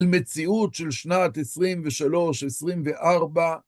למציאות של שנת עשרים ושלוש, עשרים וארבע.